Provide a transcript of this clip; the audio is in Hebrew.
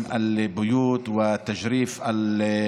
הערבית, להלן